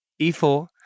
E4